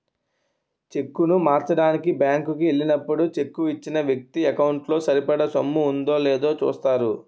చెక్కును మార్చడానికి బ్యాంకు కి ఎల్లినప్పుడు చెక్కు ఇచ్చిన వ్యక్తి ఎకౌంటు లో సరిపడా సొమ్ము ఉందో లేదో చూస్తారు